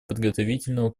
подготовительного